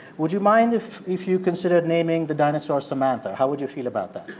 would you mind if if you considered naming the dinosaur samantha? how would you feel about that?